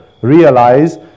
realize